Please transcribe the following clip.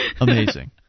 Amazing